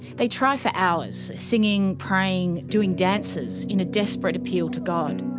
they try for hours, singing, praying, doing dances in a desperate appeal to god.